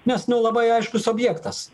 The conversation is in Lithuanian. nes nu labai aiškus objektas